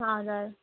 हजुर